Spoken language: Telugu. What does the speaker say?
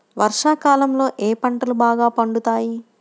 వర్షాకాలంలో ఏ పంటలు బాగా పండుతాయి?